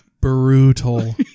brutal